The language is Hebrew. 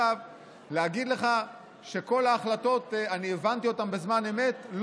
להגיד לך שהבנתי בזמן אמת את כל ההחלטות?